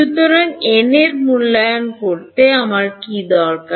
সুতরাং এন এর মূল্যায়ন করতে আমার কী দরকার